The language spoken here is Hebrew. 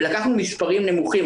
ולקחנו מספרים נמוכים,